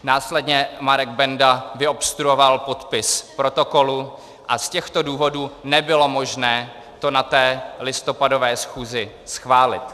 Následně Marek Benda vyobstruoval podpis protokolu, a z těchto důvodů nebylo možné to na té listopadové schůzi schválit.